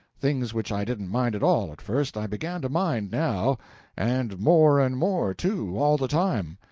things which i didn't mind at all, at first, i began to mind now and more and more, too, all the time.